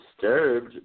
disturbed